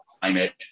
climate